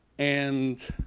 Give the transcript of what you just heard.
and